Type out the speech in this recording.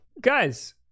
guys